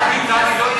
טלי, לא.